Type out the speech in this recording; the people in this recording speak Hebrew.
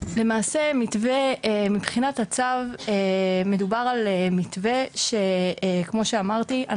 למעשה מבחינת הצו מדובר על מתווה שכל מה שאמרתי,